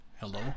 hello